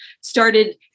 started